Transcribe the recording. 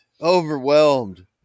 overwhelmed